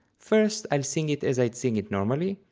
first i'll sing it as i'd sing it normally,